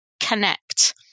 connect